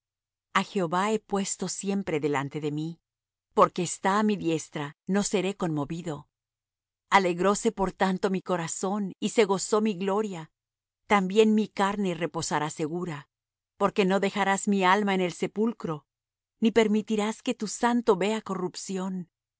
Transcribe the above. a jehová he puesto siempre delante de mí porque está á mi diestra no seré conmovido alegróse por tanto mi corazón y se gozó mi gloria también mi carne reposará segura porque no dejarás mi alma en el sepulcro ni permitirás que tu santo vea corrupción